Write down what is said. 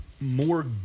more